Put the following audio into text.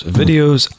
videos